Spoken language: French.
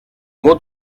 mot